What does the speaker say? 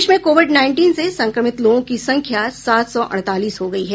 देश में Covid nineteen से संक्रमित लोगों की संख्या सात सौ अड़तालीस हो गई है